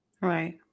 Right